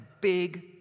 big